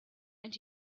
and